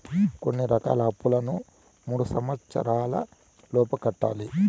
కొన్ని రకాల అప్పులను మూడు సంవచ్చరాల లోపు కట్టాలి